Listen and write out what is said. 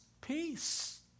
peace